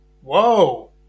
Whoa